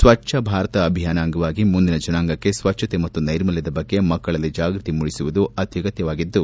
ಸ್ವಚ್ದ ಭಾರತ ಅಭಿಯಾನ ಅಂಗವಾಗಿ ಮುಂದಿನ ಜನಾಂಗಕ್ಕೆ ಸ್ವಚ್ದಕೆ ಮತ್ತು ನೈರ್ಮಲ್ಯದ ಬಗ್ಗೆ ಮಕ್ಕಳಲ್ಲಿ ಜಾಗೃತಿ ಮೂಡಿಸುವುದು ಅತ್ಯಗತ್ವವಾಗಿದ್ದು